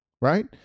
right